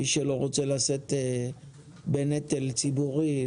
מי שלא רוצה לשאת בנטל ציבורי,